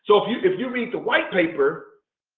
so if you if you read the white paper